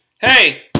hey